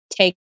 take